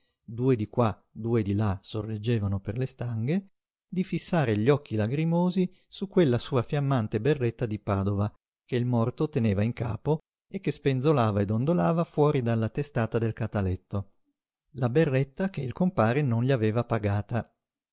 due di qua due di là sorreggevano per le stanghe di fissare gli occhi lagrimosi su quella sua fiammante berretta di padova che il morto teneva in capo e che spenzolava e dondolava fuori della testata del cataletto la berretta che il compare non gli aveva pagata